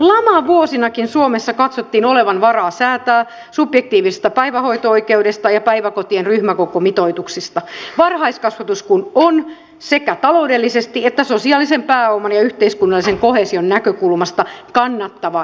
lamavuosinakin lamavuosinakin suomessa katsottiin olevan varaa säätää subjektiivisesta päivähoito oikeudesta ja päiväkotien ryhmäkokomitoituksista varhaiskasvatus kun on sekä taloudellisesti että sosiaalisen pääoman ja yhteiskunnallisen koheesion näkökulmasta kannattava investointi